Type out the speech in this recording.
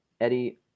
Eddie